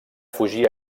fugir